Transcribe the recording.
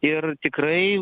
ir tikrai